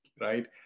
right